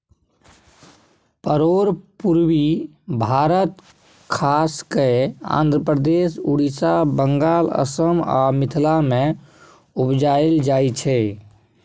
परोर पुर्वी भारत खास कय आंध्रप्रदेश, उड़ीसा, बंगाल, असम आ मिथिला मे उपजाएल जाइ छै